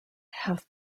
have